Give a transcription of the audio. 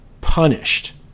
punished